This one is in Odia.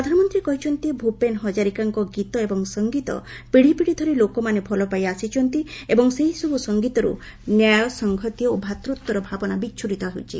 ପ୍ରଧାନମନ୍ତ୍ରୀ କହିଛନ୍ତି ଭୂପେନ ହଜାରିକାଙ୍କ ଗୀତ ଏବଂ ସଂଗୀତ ପିଢ଼ିପିଢ଼ି ଧରି ଲୋକମାନେ ଭଲପାଇ ଆସିଛନ୍ତି ଏବଂ ସେହିସବୁ ସଂଗୀତରୁ ନ୍ୟାୟ ସଂହତି ଓ ଭ୍ରାତୃତ୍ୱର ଭାବନା ବିଚ୍ଛୁରିତ ହେଉଛି